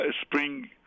spring